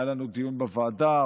היה לנו דיון בוועדה,